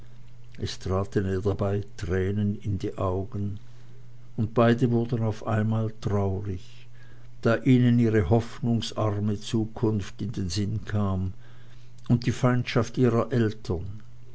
es traten ihr dabei tränen in die augen und beide wurden auf einmal traurig da ihnen ihre hoffnungsarme zukunft in den sinn kam und die feindschaft ihrer eltern